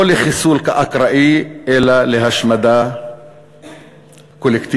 לא לחיסול אקראי אלא להשמדה קולקטיבית.